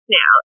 now